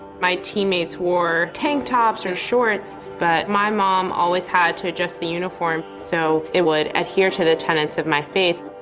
my teammates wore tank tops and shorts, but my mom always had to adjust the uniform so it would adhere to the tenants of my faith.